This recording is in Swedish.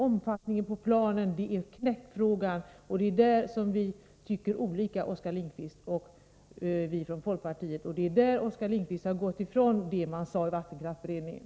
Omfattningen av planen är knäckfrågan, och det är på den punkten Oskar Lindkvist och vi från folkpartiet tycker olika; Oskar Lindkvist har gått ifrån vad man sade i vattenkraftsberedningen.